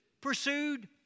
pursued